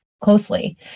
closely